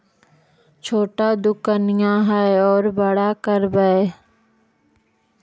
छोटा दोकनिया है ओरा बड़ा करवै?